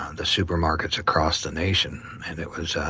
um the supermarkets across the nation. and it was ah